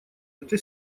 это